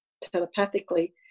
telepathically